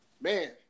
man